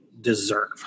deserve